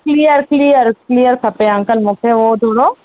clear clear clear खपे uncle मूंखे उहो थोरो